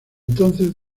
entonces